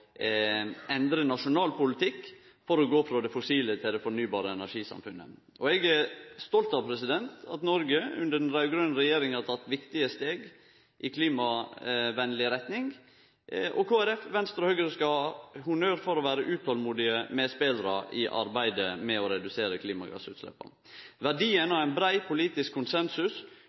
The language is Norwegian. endre nasjonal politikk for å gå frå det fossile til det fornybare energisamfunnet. Eg er stolt av at Noreg under den raud-grøne regjeringa har tatt viktige steg i klimavennleg retning, og Kristeleg Folkeparti, Venstre og Høgre skal ha honnør for å vere utolmodige medspelarar i arbeidet med å redusere klimagassutsleppa. Verdien av ein brei politisk konsensus